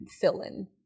fill-in